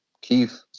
Keith